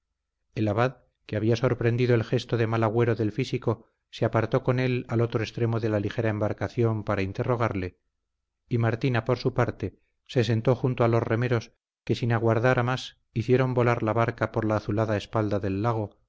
el abad que había sorprendido el gesto de mal agüero del físico se apartó con él al otro extremo de la ligera embarcación para interrogarle y martina por su parte se sentó junto a los remeros que sin aguardar a más hicieron volar la barca por la azulada espalda del lago